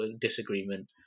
disagreement